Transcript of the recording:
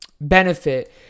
benefit